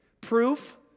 Proof